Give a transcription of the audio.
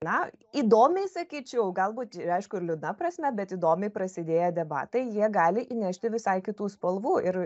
na įdomiai sakyčiau galbūt aišku ir liuda prasme bet įdomiai prasidėję debatai jie gali įnešti visai kitų spalvų ir